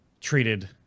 treated